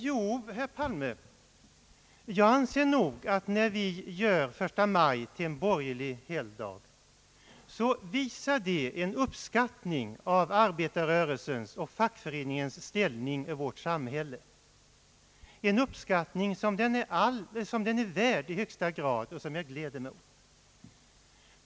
Jo, herr Palme, jag anser att när vi sör den 1 maj till en borgerlig helgdag, så visar det en uppskattning av arbetarrörelsens och fackföreningarnas ställning i vårt samhälle, en uppskattning som de är värda i allra högsta grad och som jag gläder mig åt.